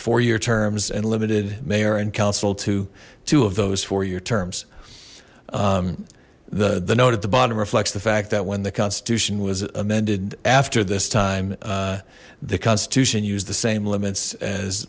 four year terms and limited mayor and council to two of those four year terms the the note at the bottom reflects the fact that when the constitution was amended after this time the constitution used the same limits as